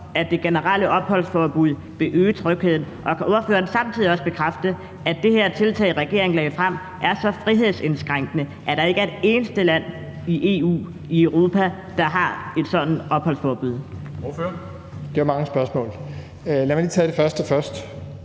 at det generelle opholdsforbud vil øge trygheden? Og kan ordføreren samtidig også bekræfte, at det her tiltag, regeringen lagde frem, er så frihedsindskrænkende, at der ikke er et eneste land i EU, i Europa, der har et sådant opholdsforbud? Kl. 11:02 Formanden (Henrik Dam Kristensen):